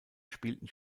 spielten